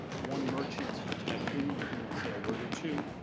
one merchant tycoon of whom i'll say a word or two,